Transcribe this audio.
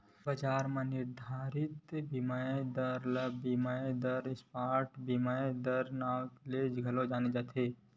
बजार म निरधारित बिनिमय दर ल चालू बिनिमय दर, स्पॉट बिनिमय दर के नांव ले घलो जाने जाथे